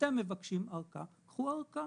אתם מבקשים ארכה, קחו ארכה.